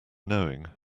knowing